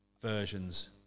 versions